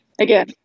again